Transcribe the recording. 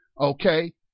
okay